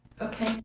Okay